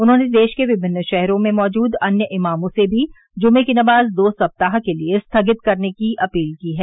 उन्होंने देश के विभिन्न शहरों में मौजूद अन्य इमामों से भी जुमे की नमाज दो सप्ताह के लिए स्थगित करने की अपील की है